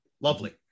Lovely